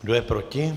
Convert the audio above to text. Kdo je proti?